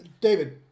David